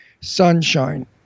sunshine